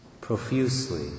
profusely